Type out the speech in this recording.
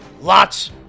Lots